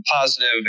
positive